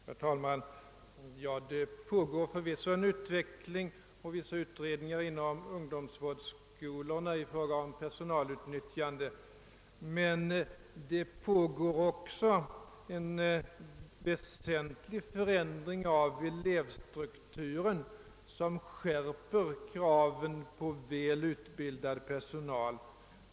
Herr talman! Det pågår förvisso en utveckling på vårdsidan liksom även vissa utredningar beträffande utnyttjandet av personalen inom ungdomsvårdsskolorna. Men det pågår också en väsentlig förändring av elevstrukturen som skärper kraven på väl utbildad personal.